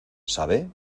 sabe